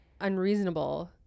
unreasonable